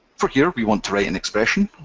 for here, we want to write an expression,